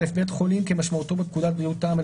בית חולים כמשמעותו בפקודת בריאות העם,